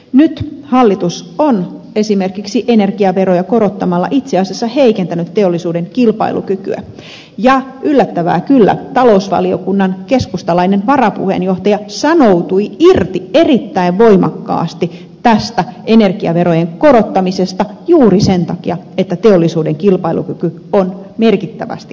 nyt hallitus on esimerkiksi energiaveroja korottamalla itse asiassa heikentänyt teollisuuden kilpailukykyä ja yllättävää kyllä talousvaliokunnan keskustalainen varapuheenjohtaja sanoutui erittäin voimakkaasti irti tästä energiaverojen korottamisesta juuri sen takia että teollisuuden kilpailukyky on merkittävästi kärsinyt